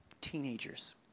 teenagers